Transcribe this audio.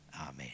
Amen